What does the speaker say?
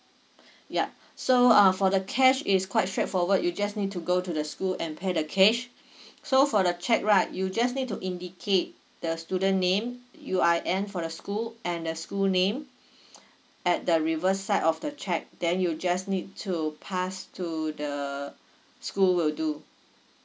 yup so uh for the cash is quite straightforward you just need to go to the school and pay the cash so for the cheque right you just need to indicate the student name U_I_N for the school and the school name at the reverse side of the cheque then you just need to pass to the school will do